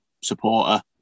supporter